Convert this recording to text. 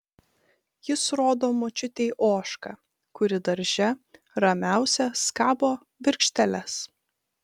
jis rodo močiutei ožką kuri darže ramiausia skabo virkšteles